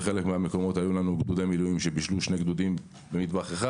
בחלק מהמקומות היו לנו גדודי מילואים שבישלו שני גדודים במטבח אחד.